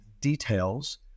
details